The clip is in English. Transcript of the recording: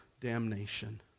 damnation